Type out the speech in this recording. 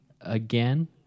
again